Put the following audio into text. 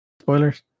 Spoilers